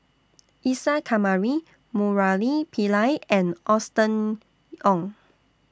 Isa Kamari Murali Pillai and Austen Ong